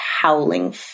howling